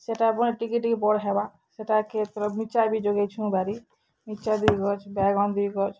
ସେଟା ବନେ ଟିକେ ଟିକେ ବଡ଼୍ ହେବା ସେଟାକେ ମିର୍ଚା ବି ଯୋଗେଇଛୁଁ ବାଡ଼ି ମିର୍ଚା ଦୁଇ ଗଛ୍ ବାଏଗନ୍ ଦୁଇ ଗଛ୍